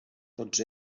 tots